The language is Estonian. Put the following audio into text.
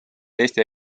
eesti